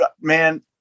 man